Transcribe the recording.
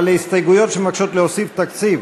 על הסתייגויות שמבקשות להוסיף תקציב